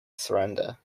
surrender